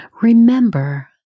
Remember